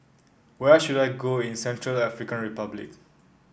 where should I go in Central African Republic